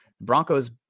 Broncos